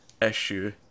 Issue